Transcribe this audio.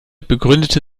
begründete